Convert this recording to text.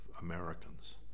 Americans